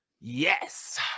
yes